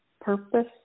purpose